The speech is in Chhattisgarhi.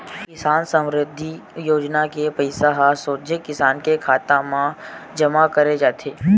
किसान समरिद्धि योजना के पइसा ह सोझे किसान के खाता म जमा करे जाथे